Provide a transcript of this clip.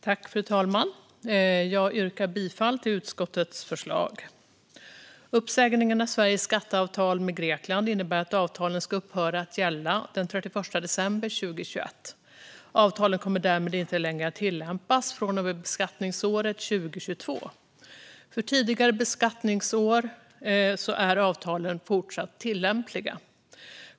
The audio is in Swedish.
Fru talman! Jag yrkar bifall till utskottets förslag. Uppsägning av Sveriges skatteavtal med Grekland innebär att avtalet ska upphöra att gälla den 31 december 2021. Avtalet kommer därmed inte längre att tillämpas från och med beskattningsåret 2022. För tidigare beskattningsår är avtalet fortsatt tillämpligt.